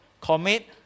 commit